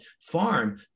farm